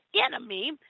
enemy